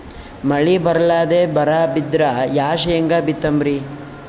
ಮಳಿ ಬರ್ಲಾದೆ ಬರಾ ಬಿದ್ರ ಯಾ ಶೇಂಗಾ ಬಿತ್ತಮ್ರೀ?